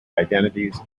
identities